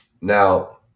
Now